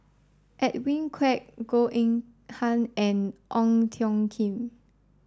Edwin Koek Goh Eng Han and Ong Tjoe Kim